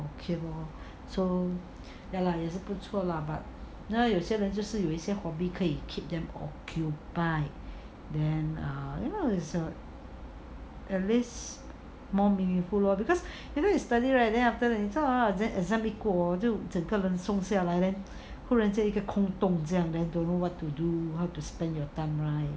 okay lor so ya lah 也是不错 lah but 那有些人就是有一些 hobby 可以 keep them occupied then err you know so unless more meaningful lor because you know you study right then after that exam 一过 hor then 整个人就松下来突然间一个空洞 then don't know what to do how to spend your time right